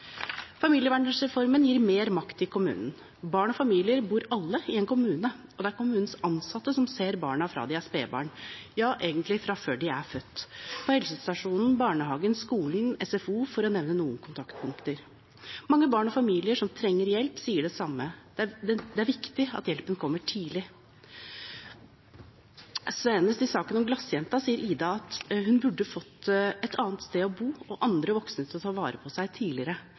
gir mer makt til kommunen. Barn og familier bor alle i en kommune, og det er kommunens ansatte som ser barna fra de er spedbarn – ja, egentlig fra før de er født – på helsestasjonen, i barnehagen, på skolen, på SFO, for å nevne noen kontaktpunkter. Mange barn og familier som trenger hjelp, sier det samme: Det er viktig at hjelpen kommer tidlig. Senest i saken om glassjenta sier Ida at hun burde fått et annet sted å bo og andre voksne til å ta vare på seg tidligere.